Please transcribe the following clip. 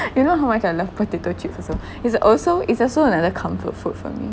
you know how much I love potato chips also is also is also another comfort food for me